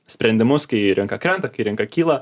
sprendimus kai rinka krenta kai rinka kyla